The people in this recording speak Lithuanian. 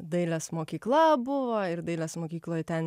dailės mokykla buvo ir dailės mokykloj ten